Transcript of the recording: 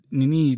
Nini